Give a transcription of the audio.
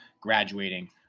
graduating